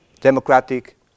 democratic